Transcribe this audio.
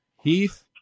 Heath